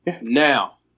Now